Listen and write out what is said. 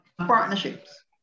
partnerships